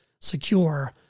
secure